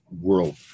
world